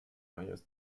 various